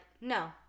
no